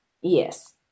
Yes